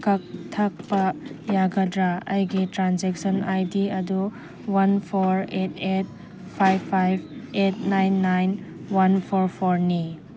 ꯀꯛꯊꯠꯄ ꯌꯥꯒꯗ꯭ꯔꯥ ꯑꯩꯒꯤ ꯇ꯭ꯔꯥꯟꯖꯦꯛꯁꯟ ꯑꯥꯏ ꯗꯤ ꯑꯗꯨ one four eight eight five five eight nine nine one four ꯐꯣꯔꯅꯤ